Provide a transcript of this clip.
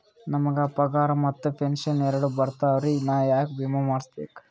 ನಮ್ ಗ ಪಗಾರ ಮತ್ತ ಪೆಂಶನ್ ಎರಡೂ ಬರ್ತಾವರಿ, ನಾ ಯಾಕ ವಿಮಾ ಮಾಡಸ್ಬೇಕ?